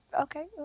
Okay